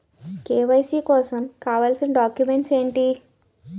KYC కోసం కావాల్సిన documents ఎంటి?